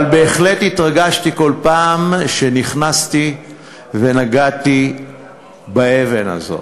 אבל בהחלט התרגשתי כל פעם כשנכנסתי ונגעתי באבן הזאת.